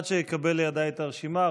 עד שאקבל לידי את הרשימה,